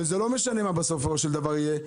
ולא משנה מה בסופו של דבר יהיה,